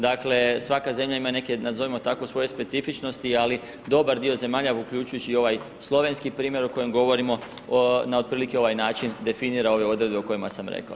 Dakle svaka zemlja ima i neke nazovimo tako svoje specifičnosti, ali dobar dio zemalja uključujući i ovaj slovenski primjer o kojem govorimo na otprilike ovaj način definira ove odredbe o kojima sam rekao.